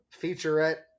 featurette